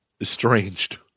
Estranged